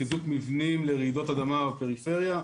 לחיזוק מבנים לרעידות אדמה בפריפריה,